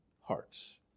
hearts